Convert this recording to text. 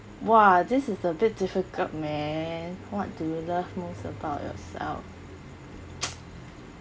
!wah! this is a bit difficult man what do you love most about yourself